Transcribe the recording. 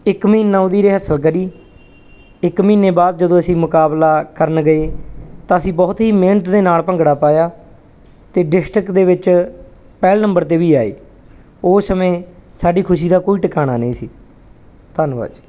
ਇੱਕ ਮਹੀਨਾ ਉਹਦੀ ਰਿਹਸਲ ਕਰ ਇੱਕ ਮਹੀਨੇ ਬਾਅਦ ਜਦੋਂ ਅਸੀਂ ਮੁਕਾਬਲਾ ਕਰਨ ਗਏ ਤਾਂ ਅਸੀਂ ਬਹੁਤ ਹੀ ਮਿਹਨਤ ਦੇ ਨਾਲ਼ ਭੰਗੜਾ ਪਾਇਆ ਤੇ ਡਿਸਟ੍ਰਿਕਟ ਦੇ ਵਿੱਚ ਪਹਿਲ ਨੰਬਰ ਤੇ ਵੀ ਆਏ ਉਸ ਸਮੇਂ ਸਾਡੀ ਖੁਸ਼ੀ ਦਾ ਕੋਈ ਟਿਕਾਣਾ ਨਹੀਂ ਸੀ ਧੰਨਵਾਦ ਜੀ